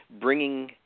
bringing –